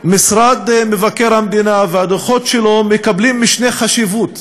משרד מבקר המדינה והדוחות שלו מקבלים משנה חשיבות,